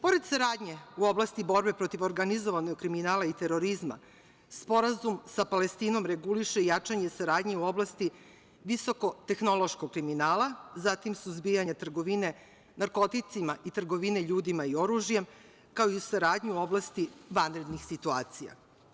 Pored saradnje u oblasti borbe protiv organizovanog kriminala i terorizma, sporazum sa Palestinom reguliše i jačanje saradnje u oblasti visokotehnološkog kriminala, zatim suzbijanja trgovine narkoticima i trgovine ljudima i oružjem, kao i saradnju u oblasti vanrednih situacija.